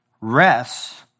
rests